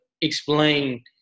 explain